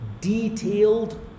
detailed